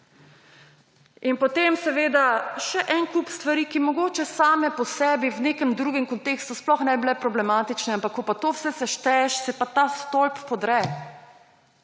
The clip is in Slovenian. In potem seveda še en kup stvari, ki mogoče same po sebi v nekem drugem kontekstu sploh ne bi bile problematične, ampak ko pa to vse sešteješ, se pa ta stolp podre.